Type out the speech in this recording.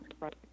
Right